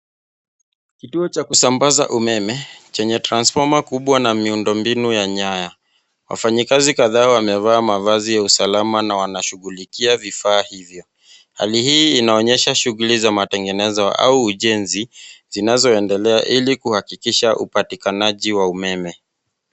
Kituo cha kusambaza umeme chenye transfoma kubwa na miundombinu ya nyaya. Wafanyikazi kadhaa wamevaa mavazi ya usalama na wanashughulikia vifaa hivyo. Hali hii inaonyesha shughuli za matengenezo au ujenzi, zinazoendelea ili kuhakikisha upatikanaji wa umeme.